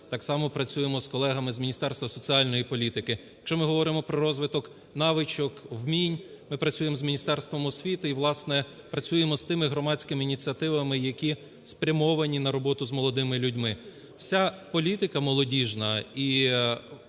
так само працюємо з колегами з Міністерства соціальної політики. Якщо ми говоримо про розвиток навичок, вмінь, ми працюємо з Міністерством освіти і, власне, працюємо з тими громадськими ініціативами, які спрямовані на роботу з молодими людьми. Вся політика молодіжна і